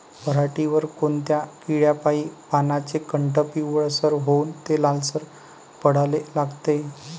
पऱ्हाटीवर कोनत्या किड्यापाई पानाचे काठं पिवळसर होऊन ते लालसर पडाले लागते?